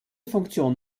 funktion